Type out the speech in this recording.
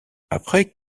après